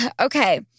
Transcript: okay